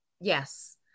yes